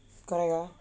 correct ah